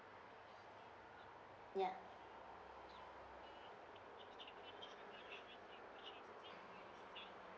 ya